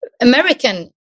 American